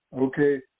Okay